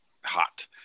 hot